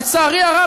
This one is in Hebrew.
לצערי הרב,